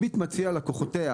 "ביט" מציעה ללקוחותיה